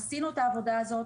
עשינו את העבודה הזאת.